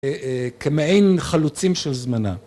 כמעין חלוצים של זמנה.